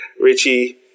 Richie